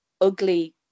ugly